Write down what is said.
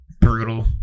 brutal